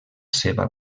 seva